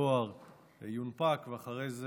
מהדואר יונפק, ואחרי זה